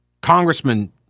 congressman